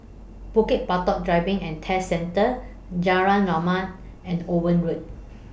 Bukit Batok Driving and Test Centre Jalan Rahmat and Owen Road